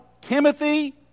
Timothy